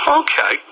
okay